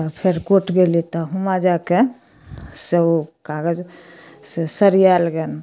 तऽ फेर कोर्ट गेली तऽ हुआँ जाकऽ से ओ कागज से सरिआएल गन